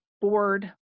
board